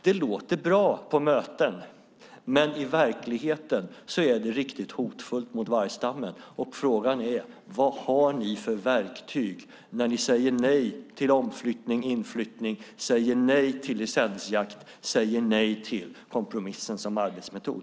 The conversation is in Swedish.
Det låter bra på möten, men i verkligheten är det riktigt hotfullt mot vargstammen, och frågan är: Vad har ni för verktyg när ni säger nej till omflyttning, inflyttning, licensjakt och kompromissen som arbetsmetod?